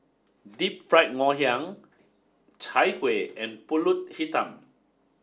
Deep Fried Ngoh Hiang Chai Kuih and Pulut Hitam